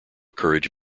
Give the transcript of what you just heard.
courage